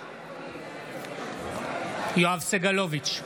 בעד יואב סגלוביץ'